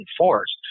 enforced